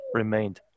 remained